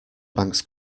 bank’s